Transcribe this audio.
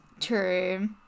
True